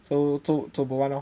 so so so zo bo [one] lor 很 chill 的